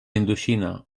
indoxina